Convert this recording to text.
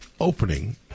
opening